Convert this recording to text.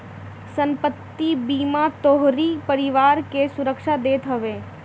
संपत्ति बीमा तोहरी परिवार के सुरक्षा देत हवे